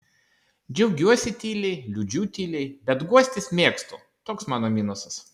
džiaugiuosi tyliai liūdžiu tyliai bet guostis mėgstu toks mano minusas